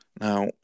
Now